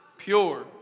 pure